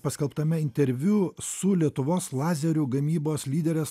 paskelbtame interviu su lietuvos lazerių gamybos lyderės